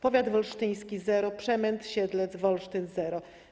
Powiat wolsztyński - zero: Przemęt, Siedlec, Wolsztyn - zero.